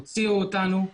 הוציאו אותנו.